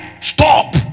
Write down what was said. stop